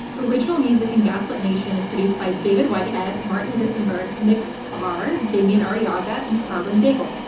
original music in gaslit nation is produced by david whitehead, martin visonberg, nick farr, demien arriaga and karlyn daigle.